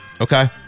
Okay